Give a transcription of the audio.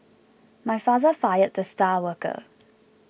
my father fired the star worker